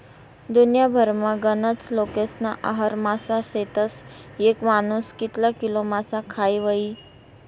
दुन्याभरमा गनज लोकेस्ना आहार मासा शेतस, येक मानूस कितला किलो मासा खास व्हयी?